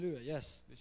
yes